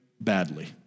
badly